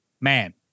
man